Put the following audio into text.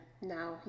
now